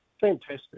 Fantastic